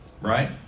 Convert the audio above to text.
Right